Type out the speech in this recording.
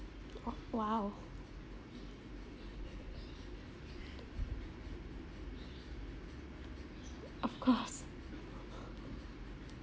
oh !wow! of course